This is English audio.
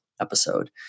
episode